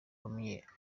munyeshyaka